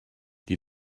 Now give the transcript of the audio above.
die